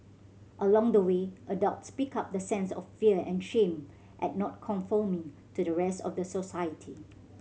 along the way adults pick up the sense of fear and shame at not conforming to the rest of the society